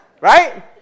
Right